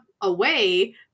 away